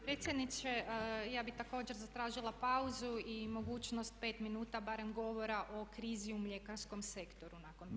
Predsjedniče, ja bih također zatražila pauzu i mogućnost 5 minuta barem govora o krizi u mljekarskom sektoru nakon pauze.